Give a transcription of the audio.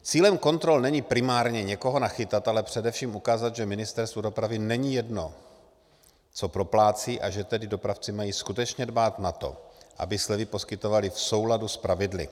Cílem kontrol není primárně někoho nachytat, ale především ukázat, že Ministerstvu dopravy není jedno, co proplácí, a že tedy dopravci mají skutečně dbát na to, aby slevy poskytovali v souladu s pravidly.